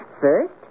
First